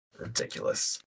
ridiculous